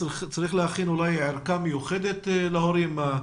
כן, אולי צריך להכין ערכה מיוחדת להורים.